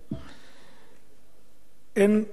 אין כל מחלוקת על כך